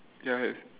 ya have